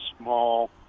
small